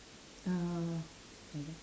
uh